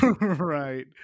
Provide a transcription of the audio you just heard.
Right